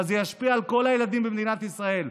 אבל זה ישפיע על כל הילדים במדינת ישראל.